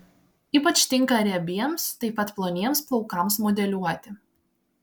ypač tinka riebiems taip pat ploniems plaukams modeliuoti